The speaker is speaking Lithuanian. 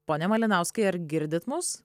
pone malinauskai ar girdit mus